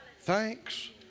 Thanks